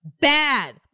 bad